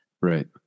right